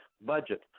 budget